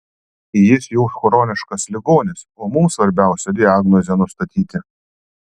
jis jau chroniškas ligonis o mums svarbiausia diagnozę nustatyti